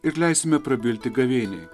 ir leisime prabilti gavėniai